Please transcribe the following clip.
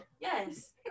Yes